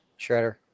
shredder